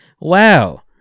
Wow